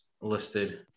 listed